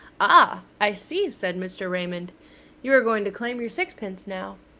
ah! i see, said mr. raymond you are going to claim your sixpence now.